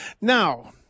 Now